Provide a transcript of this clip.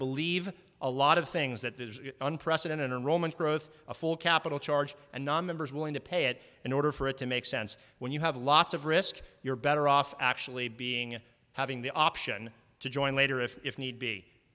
believe a lot of things that is unprecedented in roman growth a full capital charge and nonmembers willing to pay it in order for it to make sense when you have lots of risk you're better off actually being and having the option to join later if need be